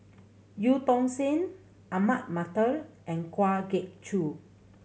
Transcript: Eu Tong Sen Ahmad Mattar and Kwa Geok Choo